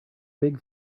big